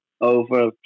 over